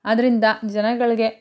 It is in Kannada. ಆದ್ದರಿಂದ ಜನಗಳಿಗೆ